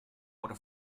por